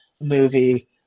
movie